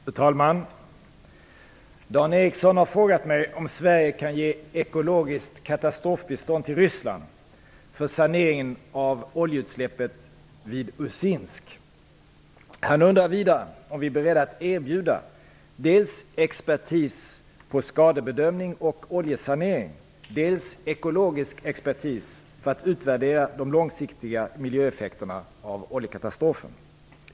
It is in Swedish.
Fru talman! Dan Ericsson har frågat mig om Sverige kan ge ekologiskt katastrofbistånd till Ryssland för sanering av oljeutsläppet vid Usinsk. Han undrar vidare om vi är beredda att erbjuda dels expertis på skadebedömning och oljesanering, dels ekologisk expertis för att utvärdera de långsiktiga miljöeffekterna av oljekatastrofen.